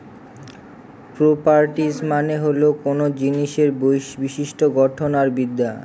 properties মানে হল কোনো জিনিসের বিশিষ্ট্য গঠন আর বিদ্যা